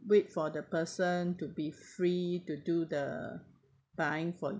wait for the person to be free to do the buying for